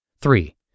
Three